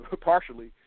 partially